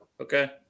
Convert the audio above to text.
Okay